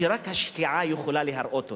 שרק השקיעה יכולה להראות אותם,